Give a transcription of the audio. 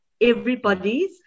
everybody's